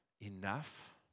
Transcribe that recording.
enough